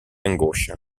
angoscia